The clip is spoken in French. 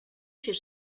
chez